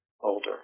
older